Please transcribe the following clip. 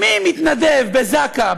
מי מתנדב בזק"א,